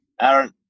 Aaron